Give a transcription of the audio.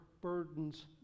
burdens